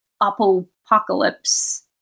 apocalypse